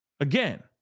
Again